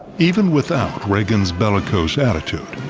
even without reagan's bellicose attitude,